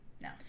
no